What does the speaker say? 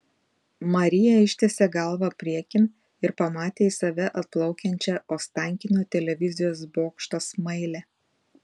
marija ištiesė galvą priekin ir pamatė į save atplaukiančią ostankino televizijos bokšto smailę